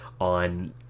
on